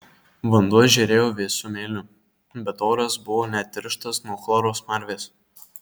vanduo žėrėjo vėsiu mėliu bet oras buvo net tirštas nuo chloro smarvės